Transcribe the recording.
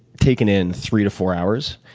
taken in three to four hours.